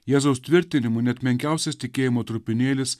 jėzaus tvirtinimu net menkiausias tikėjimo trupinėlis